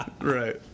Right